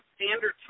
Standard